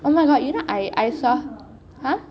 oh my god you know I I saw her